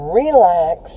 relax